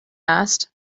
asked